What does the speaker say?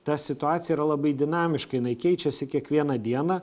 ta situacija yra labai dinamiška jinai keičiasi kiekvieną dieną